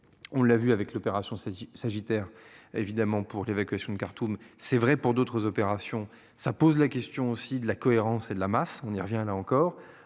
On l'a vu avec l'opération sagittaire évidemment pour l'évacuation de Khartoum. C'est vrai pour d'autres opérations ça pose la question aussi de la cohérence et de la masse. On y revient là encore